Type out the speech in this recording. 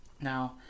Now